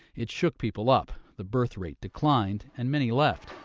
it shook people up, the birth rate declined and many left